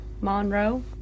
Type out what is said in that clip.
monroe